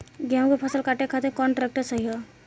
गेहूँ के फसल काटे खातिर कौन ट्रैक्टर सही ह?